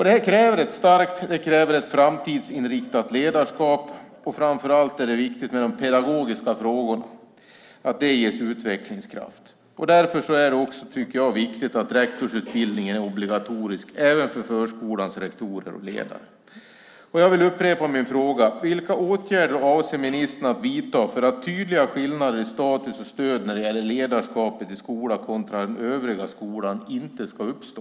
Detta kräver ett starkt och framtidsinriktat ledarskap. Framför allt är det viktigt att de pedagogiska frågorna ges utvecklingskraft. Därför är det viktigt, tycker jag, att rektorsutbildningen är obligatorisk även för förskolans rektorer och ledare. Jag vill upprepa min fråga: Vilka åtgärder avser ministern att vidta för att tydliga skillnader i status och stöd när det gäller ledarskapet i skola kontra den övriga skolan inte ska uppstå?